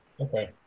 Okay